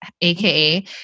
aka